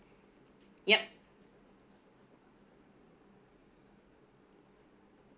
yup